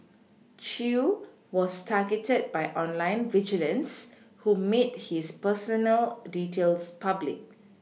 Chew was targeted by online vigilantes who made his personal details public